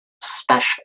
special